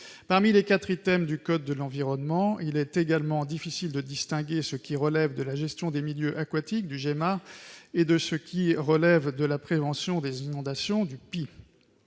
Parmi les quatre items du code de l'environnement, il est également difficile de distinguer ce qui relève de la gestion des milieux aquatiques, du « GEMA », et ce qui relève de la prévention des inondations, du «